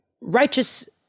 righteous